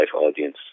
audience